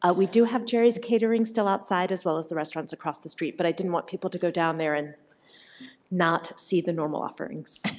ah we do have jerry's catering still outside, as well as the restaurants across the street. but i didn't want people to go down there and not see the normal offerings.